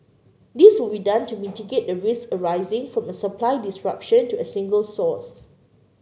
this will be done to mitigate the risks arising from a supply disruption to a single source